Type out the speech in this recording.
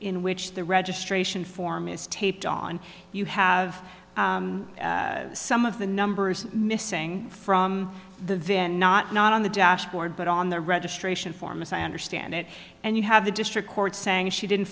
in which the registration form is taped on you have some of the numbers missing from the van not not on the dashboard but on the registration form as i understand it and you have the district court saying she didn't